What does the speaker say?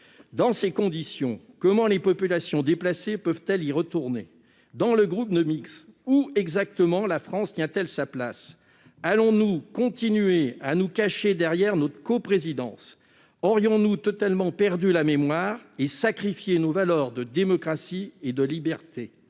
Dans ces conditions, comment les populations déplacées peuvent-elles y retourner ? Dans le groupe de Minsk, quelle est la place exacte de la France ? Allons-nous continuer à nous cacher derrière notre coprésidence ? Aurions-nous totalement perdu la mémoire et sacrifié nos valeurs de démocratie et de liberté ?